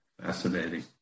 Fascinating